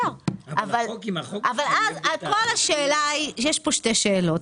יש פה שתי שאלות,